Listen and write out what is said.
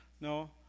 No